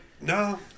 no